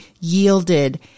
yielded